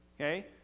Okay